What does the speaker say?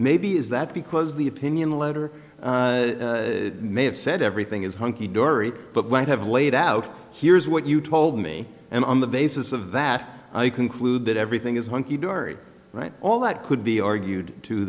maybe is that because the opinion letter may have said everything is hunky dory but what have laid out here is what you told me and on the basis of that i conclude that everything is hunky dory right all that could be argued to